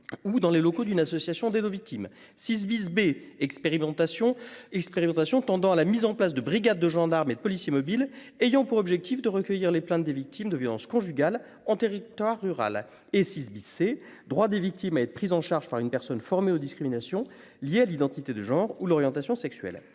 ou dans les locaux d'une association d'aide aux victimes, 6 bis B expérimentation expérimentations tendant à la mise en place de brigades de gendarmes et de policiers mobiles ayant pour objectif de recueillir les plaintes des victimes de violences conjugales en territoire rural et 6 bisser droits des victimes à être prises en charge par une personne formée aux discriminations liées à l'identité de genre ou l'orientation sexuelle